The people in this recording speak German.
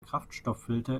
kraftstofffilter